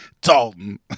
Dalton